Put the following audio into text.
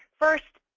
first,